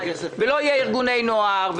ולארגוני נוער,